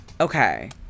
Okay